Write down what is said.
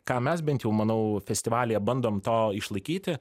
ką mes bent jau manau festivalyje bandom to išlaikyti